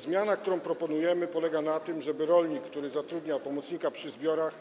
Zmiana, którą proponujemy, polega na tym, żeby rolnik, który zatrudnia pomocnika przy zbiorach,